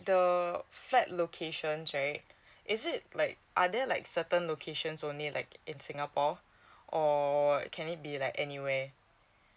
the flat locations right is it like are there like certain locations only like in singapore or can it be like anywhere